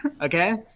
okay